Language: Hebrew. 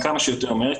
לממשלה.